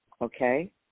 okay